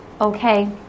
okay